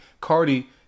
Cardi